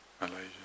Malaysia